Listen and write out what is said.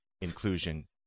inclusion